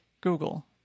Google